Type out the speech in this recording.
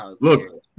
look